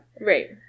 Right